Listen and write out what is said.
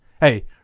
Hey